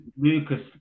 Lucas